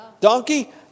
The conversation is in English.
Donkey